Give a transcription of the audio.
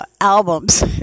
albums